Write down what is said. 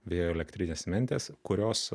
vėjo elektrinės mentės kurios